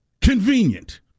convenient